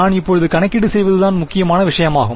நான் இப்போது கணக்கீடு செய்வது தான் முக்கியமான விஷயமாகும்